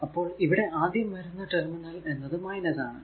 അപ്പോൾ ഇവിടെ ആദ്യം വരുന്ന ടെർമിനൽ എന്നത് ആണ്